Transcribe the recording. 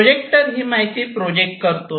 projector ही माहिती project करतो